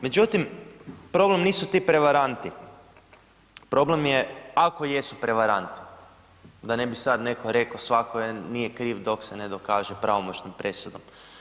Međutim, problem nisu ti prevaranti, problem je ako jesu prevaranti da ne bi sad netko rekao svako je nije kriv dok se ne dokaže pravomoćnom presudom.